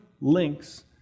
links